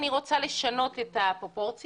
אני רוצה לשנות את הפרופורציה.